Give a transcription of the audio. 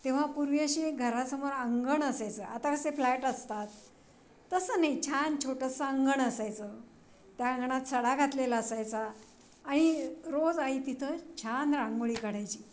तेव्हा पूर्वी अशी एक घरासमोर अंगण असायचं आता कसे फ्लॅट असतात तसं नाही छान छोटंसं अंगण असायचं त्या अंगणात सडा घातलेला असायचा आणि रोज आई तिथं छान रांगोळी काढायची